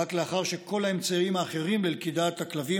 רק לאחר שכל האמצעים האחרים ללכידת הכלבים